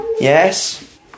Yes